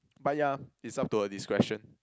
but ya it's up to her discretion